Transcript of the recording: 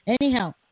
Anyhow